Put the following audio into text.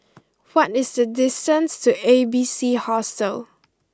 what is the distance to A B C Hostel